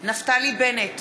נפתלי בנט,